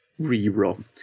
rerun